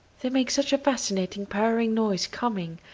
they make such a fascinating purring noise coming,